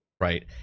Right